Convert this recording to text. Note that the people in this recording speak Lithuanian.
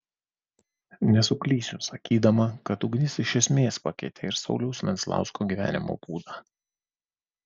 nesuklysiu sakydama kad ugnis iš esmės pakeitė ir sauliaus venclausko gyvenimo būdą